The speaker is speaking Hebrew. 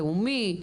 לאומי,